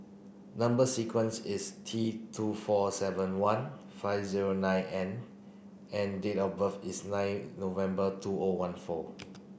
number sequence is T two four seven one five zero nine N and date of birth is nine November two O one four